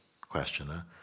questioner